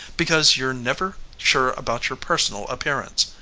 because you're never sure about your personal appearance.